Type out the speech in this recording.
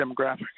demographic